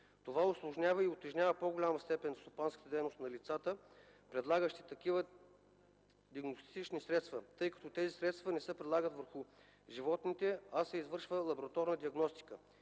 Това усложнява и утежнява до голяма степен стопанската дейност на лицата, предлагащи такива диагностични средства, тъй като тези средства не се прилагат върху животните, а се извършва лабораторна диагностика,